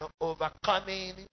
overcoming